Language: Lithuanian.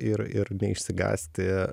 ir ir neišsigąsti